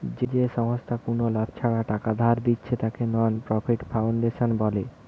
যেই সংস্থা কুনো লাভ ছাড়া টাকা ধার দিচ্ছে তাকে নন প্রফিট ফাউন্ডেশন বলে